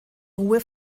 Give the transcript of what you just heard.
ruhe